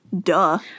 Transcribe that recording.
Duh